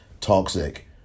toxic